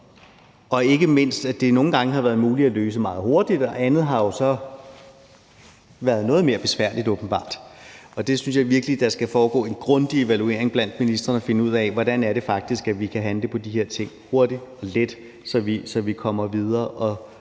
og ikke mindst, at det nogle gange har været muligt at løse noget meget hurtigt, og andet har så åbenbart været noget mere besværligt. Og det synes jeg virkelig der skal foregå en grundig evaluering af blandt ministrene – at finde ud af, hvordan det faktisk er, vi kan handle på de her ting hurtigt og let, så vi kommer videre og